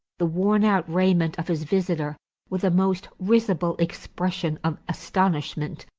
the worn-out raiment of his visitor with a most risible expression of astonishment,